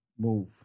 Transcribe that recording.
move